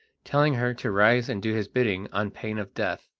telling her to rise and do his bidding on pain of death.